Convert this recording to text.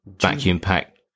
vacuum-packed